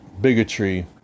bigotry